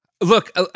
Look